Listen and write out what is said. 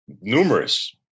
numerous